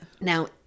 Now